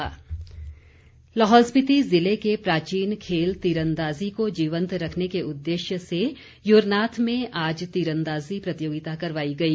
तीरंदाजी लाहौल स्पीति जिले के प्राचीन खेल तीरंदाज़ी को जीवन्त रखने के उद्देश्य से युरनाथ में आज तीरंदाज़ी प्रतियोगिता करवाई गई